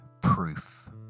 proof